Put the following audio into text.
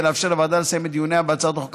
לאפשר לוועדה לסיים את דיוניה בהצעת החוק הפרטית.